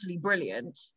brilliant